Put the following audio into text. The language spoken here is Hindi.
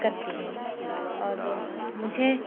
करती हूँ और मुझे